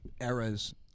eras